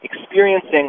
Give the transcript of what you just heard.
experiencing